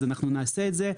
אז אנחנו נעשה את זה.